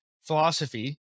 philosophy